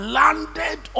landed